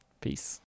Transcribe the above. Peace